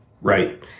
Right